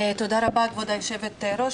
תודה רבה, כבוד היושבת-ראש.